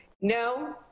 No